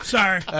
Sorry